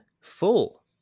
full